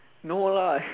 no lah